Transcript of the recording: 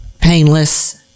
painless